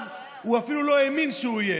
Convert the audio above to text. אז הוא אפילו לא האמין שהוא יהיה,